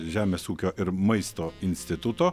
žemės ūkio ir maisto instituto